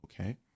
Okay